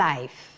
Life